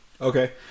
okay